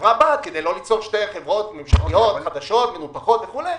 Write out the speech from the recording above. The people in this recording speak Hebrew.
כדי לא ליצור שתי חברות ממשלתיות חדשות מנופחות וכו',